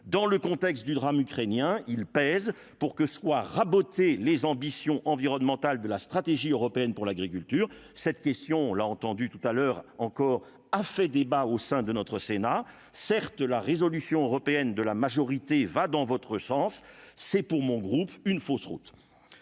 dans le contexte du drame ukrainien, il pèse pour que soient raboter les ambitions environnementales de la stratégie européenne pour l'agriculture, cette question, on l'a entendu tout à l'heure encore a fait débat au sein de notre Sénat certes la résolution européenne de la majorité va dans votre sens, c'est pour mon groupe une fausse route